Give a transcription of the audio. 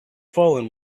fallen